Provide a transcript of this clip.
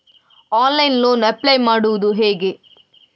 Online loan apply ಮಾಡುವುದು ಹೇಗೆ?